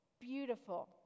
beautiful